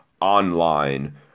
online